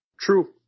True